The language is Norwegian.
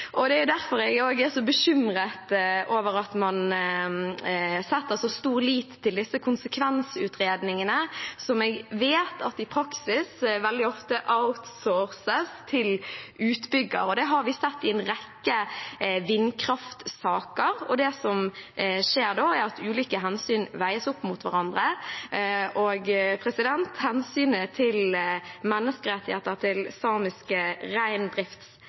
Det er derfor jeg også er bekymret over at man setter så stor lit til disse konsekvensutredningene, som jeg vet at i praksis veldig ofte outsources til utbyggere. Det har vi sett i en rekke vindkraftsaker. Det som skjer da, er at ulike hensyn veies opp mot hverandre, og hensynet til menneskerettighetene til samiske